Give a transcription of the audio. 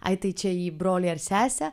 ai tai čia į brolį ar sesę